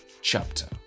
chapter